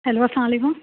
hello اسلام علیکم